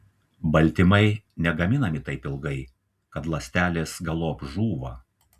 baltymai negaminami taip ilgai kad ląstelės galop žūva